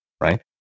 right